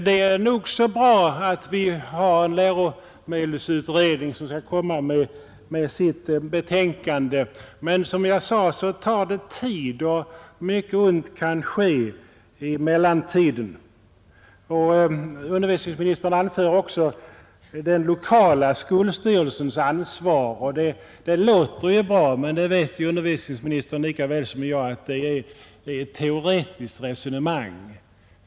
Det är nog bra att vi har en läromedelsutredning, som skall komma med sitt betänkande, men som jag sade tar det tid och mycket ont kan ske under mellantiden. Utbildningsministern anför också den lokala skolstyrelsens ansvar, och det låter ju bra. Men utbildningsministern vet lika väl som jag att det är ett teoretiskt resonemang.